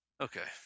Okay